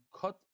cut